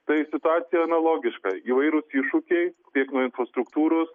tai situacija analogiška įvairūs iššūkiai tiek nuo infrastruktūros